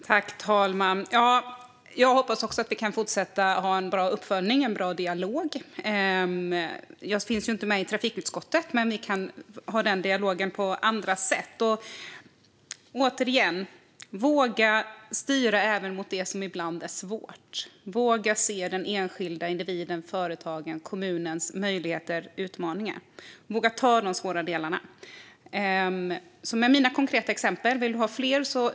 Fru talman! Jag hoppas också att vi kan fortsätta att ha en bra uppföljning och en bra dialog. Jag sitter inte med i trafikutskottet, men vi kan ha den dialogen på andra sätt. Det handlar återigen om att våga styra även mot det som ibland är svårt och att våga se den enskilda individen, företagen och kommunen och deras möjligheter och utmaningar och att ta de svåra delarna. Jag förde fram mina konkreta exempel.